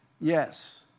Yes